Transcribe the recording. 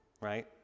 Right